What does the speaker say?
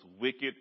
wicked